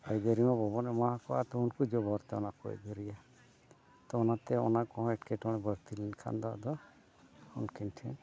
ᱟᱹᱭᱫᱟᱹᱨᱤᱢᱟ ᱵᱟᱵᱚᱱ ᱮᱢᱟᱣ ᱠᱚᱣᱟ ᱛᱚ ᱩᱱᱠᱩ ᱡᱚᱵᱚᱨᱛᱮ ᱚᱱᱟ ᱠᱚ ᱟᱹᱭᱫᱟᱹᱨᱤᱭᱟ ᱛᱚ ᱚᱱᱟᱛᱮ ᱚᱱᱟ ᱠᱚᱦᱚᱸ ᱮᱴᱠᱮᱴᱚᱬᱮ ᱵᱟᱹᱲᱛᱤ ᱞᱮᱱᱠᱷᱟᱱ ᱫᱚ ᱟᱫᱚ ᱩᱱᱠᱤᱱ ᱴᱷᱮᱱ